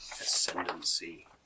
ascendancy